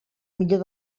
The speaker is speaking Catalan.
millor